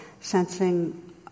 sensing